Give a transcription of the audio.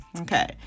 Okay